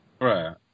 Right